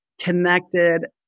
connected